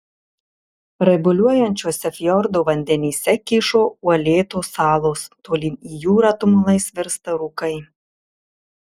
raibuliuojančiuose fjordo vandenyse kyšo uolėtos salos tolyn į jūrą tumulais virsta rūkai